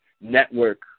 network